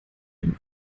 dem